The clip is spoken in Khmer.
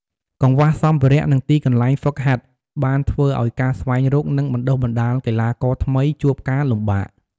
កង្វះសម្ភារៈ និងទីកន្លែងហ្វឹកហាត់បានធ្វើឱ្យការស្វែងរក និងបណ្ដុះបណ្ដាលកីឡាករថ្មីជួបការលំបាក។